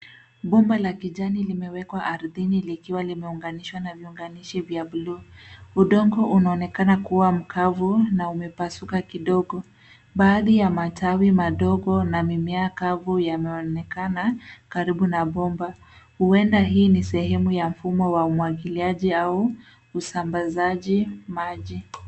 Bomba la kijani limewekwa ardhini likiwa limeunganishwa na viunganishi vya bluu. Udongo unaonekana kuwa mkavu na umepasuka kidogo. Baadhi ya matawi madogo na mimea kavu yanaonekana karibu na bomba. Huenda hii ni sehemu ya mfumo ya umwagiliaji au usambazaji maji.